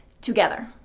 together